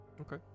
Okay